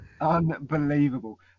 Unbelievable